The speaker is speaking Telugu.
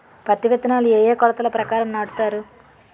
పత్తి విత్తనాలు ఏ ఏ కొలతల ప్రకారం నాటుతారు?